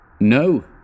No